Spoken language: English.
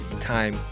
time